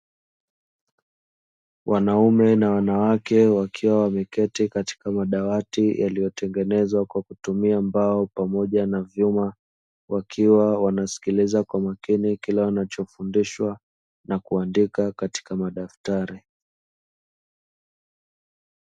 Wanaume na wanawake wakiwa wameketi katika madawati yaliyotengenezwa kwa kutumia mbao pamoja na vyuma, wakiwa wanasikiliza kwa makini kile wanachofundishwa, na kuandika katika madaftari.